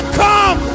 come